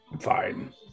Fine